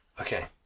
Okay